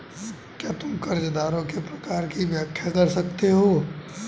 क्या तुम कर्जदारों के प्रकार की व्याख्या कर सकते हो?